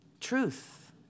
Truth